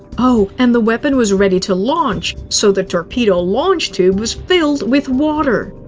oh, and the weapon was ready to launch, so the torpedo launch tube was filled with water.